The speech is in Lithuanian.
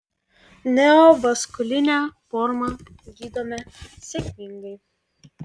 neovaskulinę formą gydome sėkmingai